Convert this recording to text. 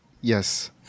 Yes